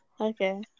Okay